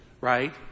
right